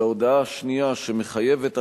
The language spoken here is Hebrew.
ההודעה הזאת גם מחייבת הצבעה.